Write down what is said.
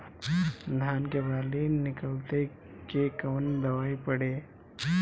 धान के बाली निकलते के कवन दवाई पढ़े?